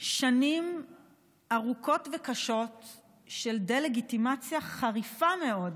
שנים ארוכות וקשות של דה-לגיטימציה חריפה מאוד,